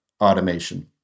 automation